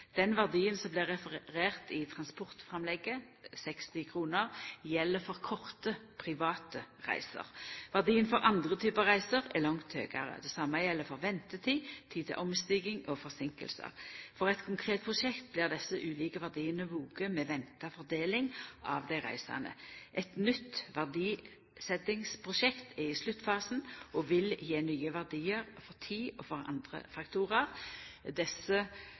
Den verdien som det blir referert til i representantframlegget, 60 kr, gjeld for korte private reiser. Verdien for andre typar reiser er langt høgare. Det same gjeld for ventetid, tid til omstiging og forseinkingar. For eit konkret prosjekt blir desse ulike verdiane vegne med venta fordeling av dei reisande. Eit nytt verdsetjingsprosjekt er i sluttfasen, og vil gje nye verdiar for tid og for andre faktorar. Desse